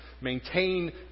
Maintain